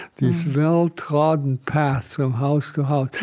these well-trodden paths from house to house.